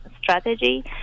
strategy